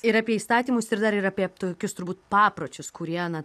ir apie įstatymus ir dar ir apie tokius turbūt papročius kurie na